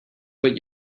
what